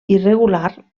irregular